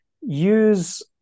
use